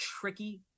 tricky